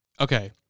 Okay